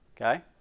Okay